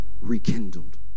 rekindled